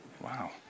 wow